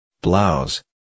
blouse